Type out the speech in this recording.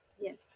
Yes